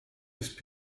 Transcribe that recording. ist